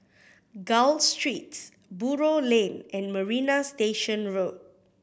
Gul Street Buroh Lane and Marina Station Road